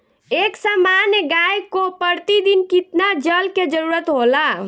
एक सामान्य गाय को प्रतिदिन कितना जल के जरुरत होला?